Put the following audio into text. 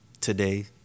today